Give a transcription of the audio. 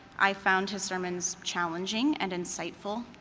i found his sermons challenging and insightful.